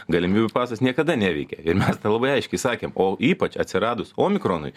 galimybių pasas niekada neveikė ir mes tą labai aiškiai sakėm o ypač atsiradus omikronui